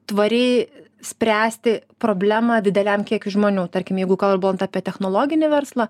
tvariai spręsti problemą dideliam kiekiui žmonių tarkim jeigu kalbant apie technologinį verslą